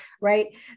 Right